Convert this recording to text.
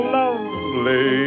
lovely